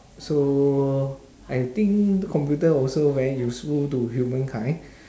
so I think the computer also very useful to humankind